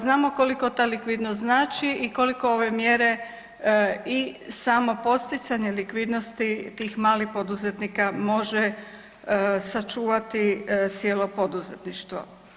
Znamo koliko ta likvidnost znači i koliko ove mjere i samo poticanje likvidnosti tih malih poduzetnika može sačuvati cijelo poduzetništvo.